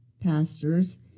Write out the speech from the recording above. pastors